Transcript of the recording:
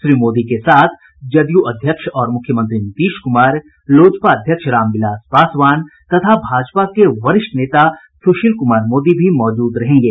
श्री मोदी के साथ जदयू अध्यक्ष और मुख्यमंत्री नीतीश कुमार लोजपा अध्यक्ष रामविलास पासवान तथा भाजपा के वरिष्ठ नेता सुशील कुमार मोदी भी मौजूद रहेंगे